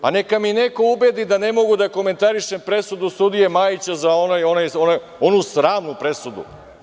Pa, neka me neko ubedi da ne mogu da komentarišem presudu sudije Majića, onu sramnu presudu.